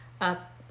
up